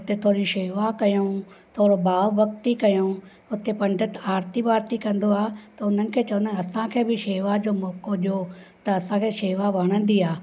उते थोरी शेवा कयूं थोरो भाव भक्ति कयूं उते पंडित आरती ॿारती कंदो आहे त उन्हनि खे चवंदा आहियूं असांखे बि शेवा जो मौको ॾियो त असांखे शेवा वणंदी आहे